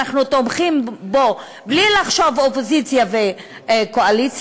ואנחנו תומכים בו בלי לחשוב אופוזיציה וקואליציה,